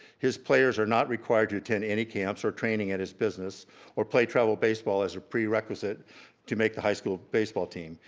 his players are not required to attend any camps or training at his business or play travel baseball as a prerequisite to make the high school baseball team.